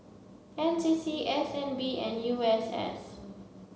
N C C S N B and U S S